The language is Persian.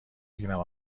بگیرم